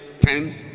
ten